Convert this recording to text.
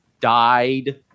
died